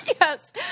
Yes